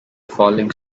falling